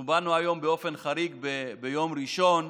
אנחנו באנו היום באופן חריג ביום ראשון,